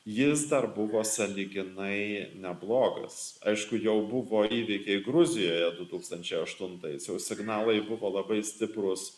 jis dar buvo sąlyginai neblogas aišku jau buvo įvykiai gruzijoje du tūkstančiai aštuntais jau signalai buvo labai stiprus